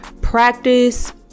practice